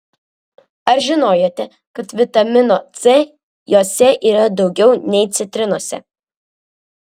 ar žinojote kad vitamino c jose yra daugiau nei citrinose